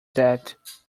debt